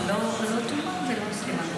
זה לא תומא ולא סלימאן.